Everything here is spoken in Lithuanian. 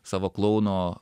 savo klouno